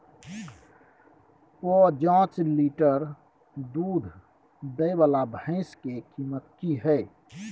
प जॉंच लीटर दूध दैय वाला भैंस के कीमत की हय?